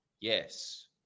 yes